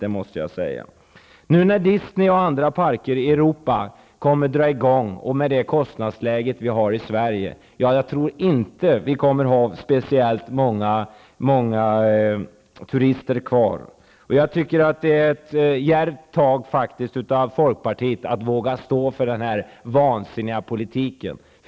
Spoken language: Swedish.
När nu Disney och andra kommer att dra i gång i parker i Europa och Sverige har detta kostnadsläge, tror jag inte att det blir speciellt många turister kvar här. Det är djärvt av folkpartiet att våga stå för den här vansinniga politiken.